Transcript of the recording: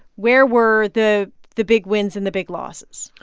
where were the the big wins and the big losses?